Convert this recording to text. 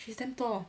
she's damn tall